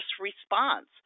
response